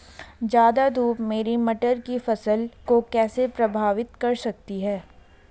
ज़्यादा धूप मेरी मटर की फसल को कैसे प्रभावित कर सकती है?